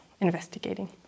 investigating